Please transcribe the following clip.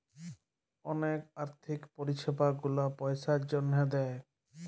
যে আথ্থিক পরিছেবা গুলা পইসার জ্যনহে দেয়